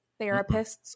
therapists